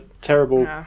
terrible